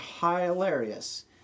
hilarious